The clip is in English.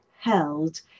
held